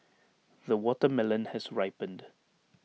the watermelon has ripened